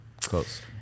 close